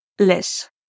less